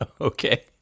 Okay